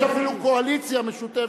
יש אפילו קואליציה משותפת,